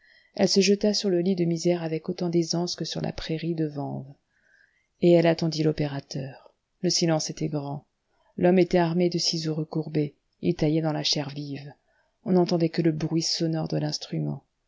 elle se jeta sur le lit de misère avec autant d'aisance que sur la prairie de vanves et elle attendit l'opérateur le silence était grand l'homme était armé de ciseaux recourbés il taillait dans la chair vive on n'entendait que le bruit sonore de l'instrument